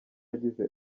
yagize